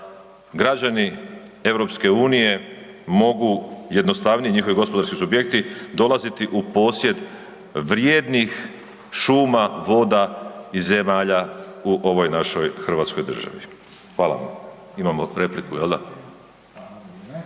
građani EU mogu jednostavnije, njihovi gospodarski subjekti dolaziti u posjed vrijednih šuma, voda i zemalja u ovoj našoj hrvatskoj državi. Hvala vam. Imamo repliku, je l' da?